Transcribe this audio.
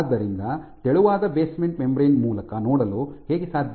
ಆದ್ದರಿಂದ ತೆಳುವಾದ basement membrane ಮೂಲಕ ನೋಡಲು ಹೇಗೆ ಸಾಧ್ಯ